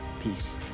peace